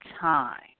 time